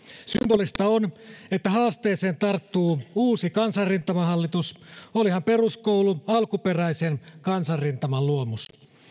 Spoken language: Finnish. symbolista on että haasteeseen tarttuu uusi kansanrintamahallitus olihan peruskoulu alkuperäisen kansanrintaman luomus